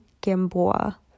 Gamboa